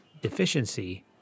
deficiency